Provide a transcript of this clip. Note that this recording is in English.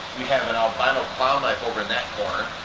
we have and albino clown knife over that corner.